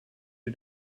who